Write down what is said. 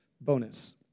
bonus